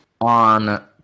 on